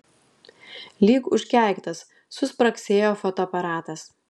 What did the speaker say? lyg užkeiktas suspragsėjo fotoaparatas